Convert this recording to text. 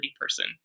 person